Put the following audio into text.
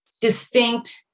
distinct